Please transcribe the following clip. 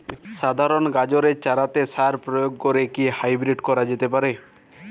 সাধারণ গাজরের চারাতে সার প্রয়োগ করে কি হাইব্রীড করা যেতে পারে?